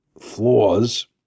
flaws